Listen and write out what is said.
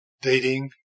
dating